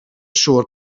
siŵr